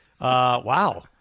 Wow